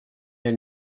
elle